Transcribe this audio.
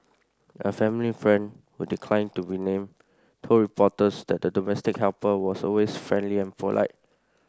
a family friend who declined to be named told reporters that the domestic helper was always friendly and polite